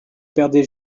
perdait